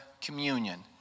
communion